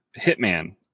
hitman